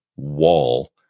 wall